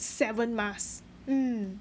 seven masks mm